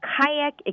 kayak